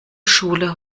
schule